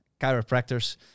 chiropractors